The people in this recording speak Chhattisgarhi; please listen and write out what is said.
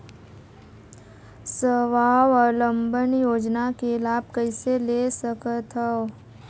स्वावलंबन योजना के लाभ कइसे ले सकथव?